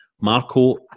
Marco